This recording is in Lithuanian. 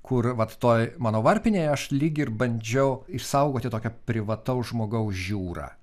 kur vat toj mano varpinėje aš lyg ir bandžiau išsaugoti tokią privataus žmogaus žiūrą